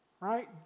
right